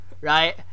right